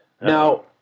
Now